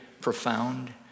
profound